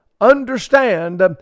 understand